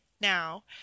Now